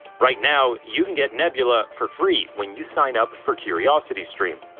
right now you and get nebula for free, when you sign up for curiositystream.